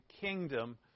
kingdom